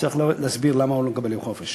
הוא צריך להסביר למה הוא צריך לקבל יום חופש.